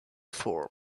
form